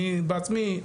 אני בעצמי,